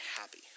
happy